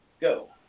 go